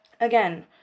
Again